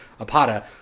Apata